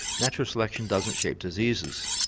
natural selection doesn't shape diseases,